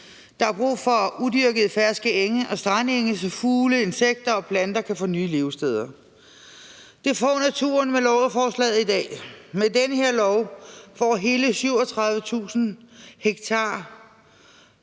der er brug for udyrkede ferske enge og strandenge, så fugle, insekter og planter kan få nye levesteder. Det får naturen med lovforslaget i dag. Med den her lov kommer der nu et